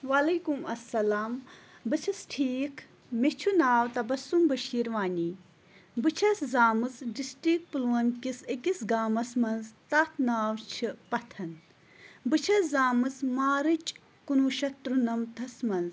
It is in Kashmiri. وعلیکُم اَلسَلام بہٕ چھَس ٹھیٖک مےٚ چھُ ناو تبسم بشیٖر وانی بہٕ چھس زامٕژ ڈسٹِرٛک پُلوٲمۍ کِس أکِس گامس منٛز تتھ ناو چھُ پتھن بہٕ چھَس زامٕژ مارٕچ کُنوُہ شٮ۪تھ تٕرٛنَمتھس منٛز